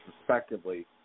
respectively